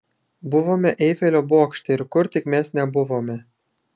buvome eifelio bokšte ir kur tik mes nebuvome